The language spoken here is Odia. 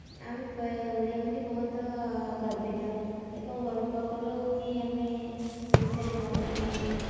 ଆମେ ଓଡ଼ିଆ ବୋଲି ବହୁତ ଗର୍ବିତ ଏବଂ ଗର୍ବ କରୁ କି ଆମେ ଓଡ଼ିଶାରେ ଜନ୍ମ ନେଇଛୁ